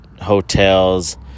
hotels